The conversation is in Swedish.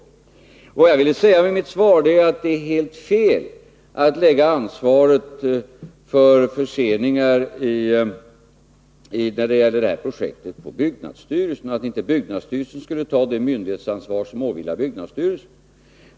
Med mitt svar vill jag säga att det är helt felaktigt att på byggnadsstyrelsen lägga ansvaret för förseningar när det gäller det här projektet och mena att inte byggnadsstyrelsen skulle ta det myndighetsansvar som åvilar verket.